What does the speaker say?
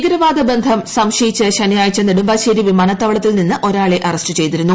ഭീകരവാദബന്ധം സംശയിച്ച് ശനിയാഴ്ച നെടുമ്പാശ്ശേരി വിമാനത്താവളത്തിൽ നിന്ന് ഒരാളെ അറസ്റ്റ് ചെയ്തിരുന്നു